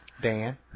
Dan